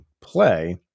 play